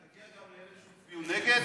ואז, תגיע גם לאלה שהצביעו נגד?